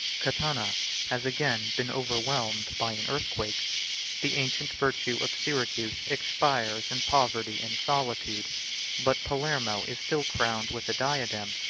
catana has again been overwhelmed by an earthquake the ancient virtue of syracuse expires in poverty and solitude but palermo is still crowned with a diadem,